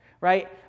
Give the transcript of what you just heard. right